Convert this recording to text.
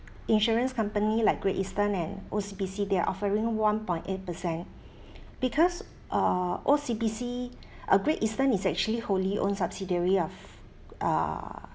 insurance company like great eastern and O_C_B_C they're offering one point eight percent because uh O_C_B_C uh great eastern is actually wholly owned subsidiary of uh